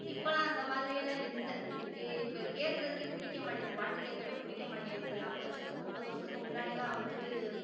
இப்போல்லாம் அந்த மாதிரியெல்லாம் இல்லை இ இப்போ கேட்கறதுக்கே பிடிக்க மாட்டேங்குது பாட்டு கேட்கவே பிடிக்க மாட்டேன்து நாற்பது வருஷத்துக்கு முப்பது வருஷத்துக்கு முன்னாடியெல்லாம் வந்துட்டு